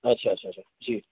अच्छा अच्छा अच्छा जी